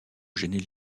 gêner